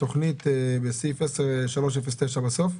בסעיף 10, תוכנית 309 בסוף,